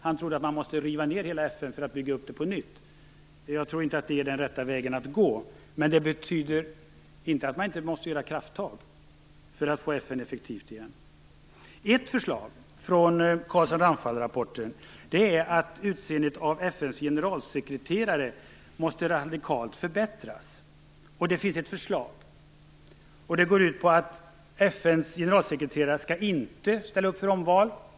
Han trodde att man måste riva ned hela FN för att bygga upp det på nytt. Jag tror inte att det är den rätta vägen att gå, men det betyder inte att man inte måste ta krafttag för att få FN effektivt igen. Ett förslag från Carlsson-Ramphal-rapporten gäller att sättet att utse av FN:s generalsekreterare radikalt måste förbättras. Det finns ett förslag som går ut på att FN:s generalsekreterare inte skall ställa upp för omval.